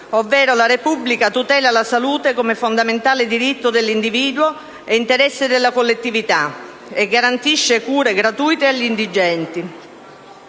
32: «La Repubblica tutela la salute come fondamentale diritto dell'individuo e interesse della collettività, e garantisce cure gratuite agli indigenti».